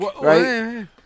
right